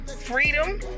Freedom